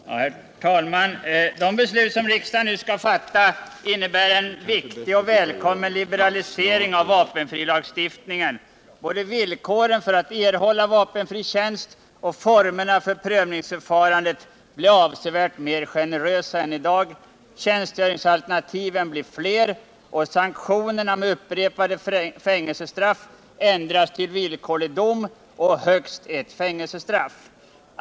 Herr talman! De beslut riksdagen nu skall fatta innebär en viktig och välkommen liberalisering av vapenfrilagstiftningen. Både villkoren för att erhålla vapenfri tjänst och formerna för prövningsförfarandet blir avsevärt mer generösa än i dag. Tjänstgöringsalternativen blir fler, och sanktionerna med upprepade fängelsestraff ändras till villkorlig dom och högst ett fängelsestraff.